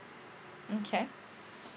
okay